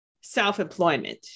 self-employment